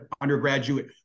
undergraduate